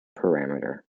parameter